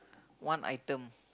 one item